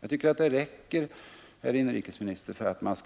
Jag tycker att det räcker, herr inrikesminister, för att man